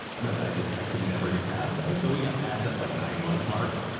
but i just, i could never get past that until we got past that like nine month mark.